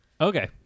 okay